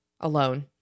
alone